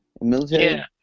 Military